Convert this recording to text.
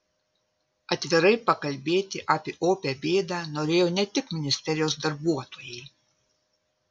atvirai pakalbėti apie opią bėdą norėjo ne tik ministerijos darbuotojai